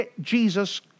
Jesus